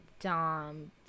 Dom